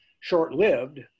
short-lived